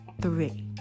three